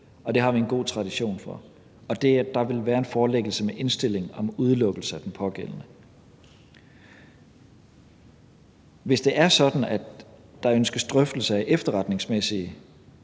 og det har vi en god tradition for, og der vil være en forelæggelse med indstilling om udelukkelse af den pågældende. Hvis det er sådan, at der ønskes drøftelse af efterretningsmæssige